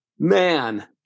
Man